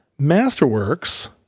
Masterworks